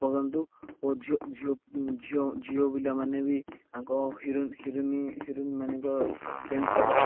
ପଗନ୍ତୁ ଓ ଝିଅ ଝିଅ ଝିଅ ପିଲାମାନେ ବି ତାଙ୍କ ହିରୋଇନ ହିରୋନି ହିରୋଇନମାନଙ୍କର ପେଣ୍ଟ୍ ସାର୍ଟ